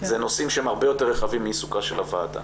זה נושאים שהם הרבה יותר רחבים מעיסוקה של הוועדה.